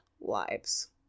lives